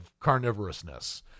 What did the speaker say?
carnivorousness